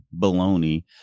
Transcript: baloney